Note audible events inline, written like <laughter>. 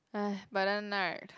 <noise> but then right